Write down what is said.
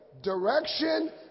Direction